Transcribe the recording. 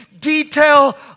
detail